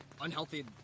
unhealthy